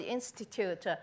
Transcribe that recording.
Institute